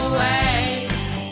waves